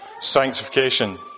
Sanctification